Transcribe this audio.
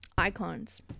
icons